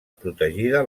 protegida